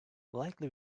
likely